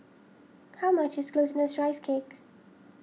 how much is Glutinous Rice Cake